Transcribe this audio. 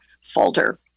folder